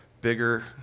bigger